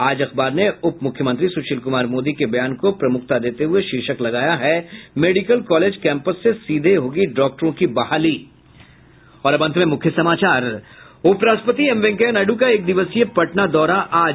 आज अखबार ने उप मुख्यमंत्री सुशील कुमार मोदी के बयान को प्रमुखता देते हुये शीर्षक लगाया है मेडिकल कॉलेज कैंपस से सीधे होगी डॉक्टरों की बहाली और अब अंत में मुख्य समाचार उप राष्ट्रपति एम वेंकैया नायड् का एक दिवसीय पटना दौरा आज